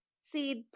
seed